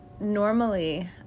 normally